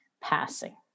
passing